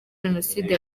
jenoside